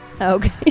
Okay